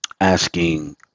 asking